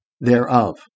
thereof